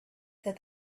that